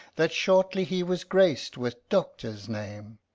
that shortly he was grac'd with doctor's name,